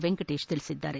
ವೆಂಕಟೇಶ್ ತಿಳಿಸಿದ್ದಾರೆ